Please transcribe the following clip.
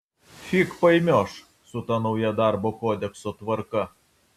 fig paimioš su ta nauja darbo kodekso tvarka